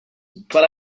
but